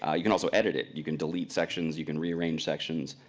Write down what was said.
ah you can also edit it. you can delete sections, you can rearrange sections.